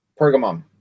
Pergamum